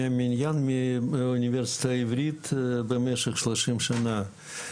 מהמניין מאונ' העברית, במשך שלושים שנה.